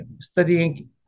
studying